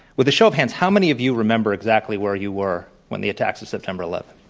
with a show of hands, how many of you remember exactly where you were when the attacks of september eleventh